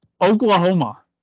Oklahoma